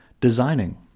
designing